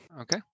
Okay